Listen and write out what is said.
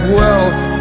wealth